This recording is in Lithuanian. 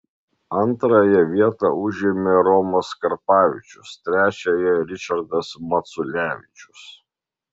antrąją vietą užėmė romas karpavičius trečiąją ričardas maculevičius